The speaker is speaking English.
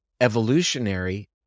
evolutionary